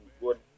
good